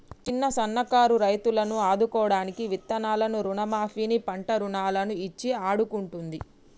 చిన్న సన్న కారు రైతులను ఆదుకోడానికి విత్తనాలను రుణ మాఫీ ని, పంట రుణాలను ఇచ్చి ఆడుకుంటుంది